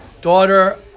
daughter